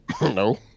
No